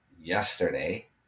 yesterday